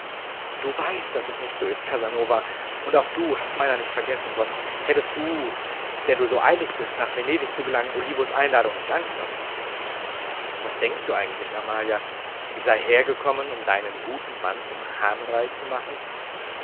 du weißt daß es nicht so ist casanova und auch du hast meiner nicht vergessen sonst hättest du der du so eilig bist nach venedig zu gelangen olivos einladung nicht angenommen was denkst du eigentlich amalia ich sei hergekommen um deinen guten mann zum hahnrei zu machen